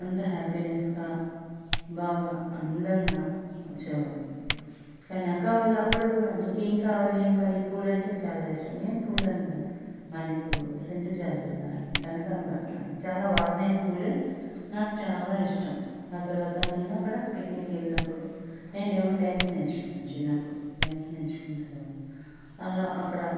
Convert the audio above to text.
అంత హ్యాపీ నెస్గా బాగా అందంగా వచ్చావాళ్ళం కానీ అక్క వాళ్ళు అప్పుడప్పుడు నీకేంకావాలి ఏం నీకు పూలు అంటే చాలా ఇష్టం ఏం పూలు అంటే మల్లెపూలు సెంటు జాజులు కానీ కనకాంబరాలు కానీ చాలా వాసనైన పూలే నాకు చాలా ఇష్టం ఆ తర్వాత నేను అక్కడ పిక్నిక్కెళ్ళినప్పుడు నేను డ్యాన్స్ నేర్చుకున్నాను చిన్నప్పుడు డ్యాన్స్ నేర్చుకున్న తర్వాత అలా అక్కడా